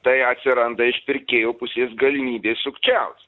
tai atsiranda iš pirkėjų pusės galimybės sukčiaut